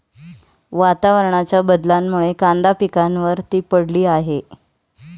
वातावरणाच्या बदलामुळे कांदा पिकावर ती पडली आहे